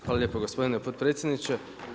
Hvala lijepo gospodine potpredsjedniče.